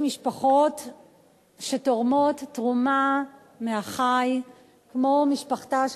עדיפות בתרומת אברים לתורם חי שתרם לקרוב משפחה),